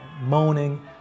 moaning